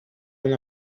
una